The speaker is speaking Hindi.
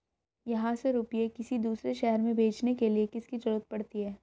यहाँ से रुपये किसी दूसरे शहर में भेजने के लिए किसकी जरूरत पड़ती है?